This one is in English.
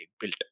built